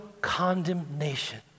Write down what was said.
condemnation